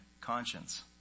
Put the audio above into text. conscience